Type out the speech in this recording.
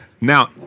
Now